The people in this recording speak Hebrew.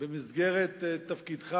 במסגרת תפקידך